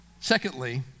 Secondly